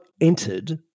entered